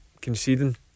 conceding